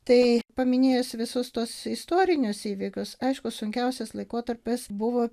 tai paminėjus visus tuos istorinius įvykius aišku sunkiausias laikotarpis buvo